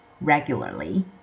regularly